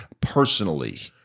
personally